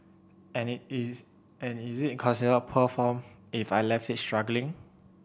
and is and is it considered poor form if I left it struggling